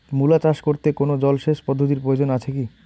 মূলা চাষ করতে কোনো জলসেচ পদ্ধতির প্রয়োজন আছে কী?